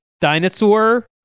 dinosaur